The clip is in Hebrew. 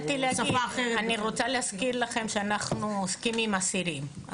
אני רוצה להזכיר לכם שאנחנו עוסקים באסירים,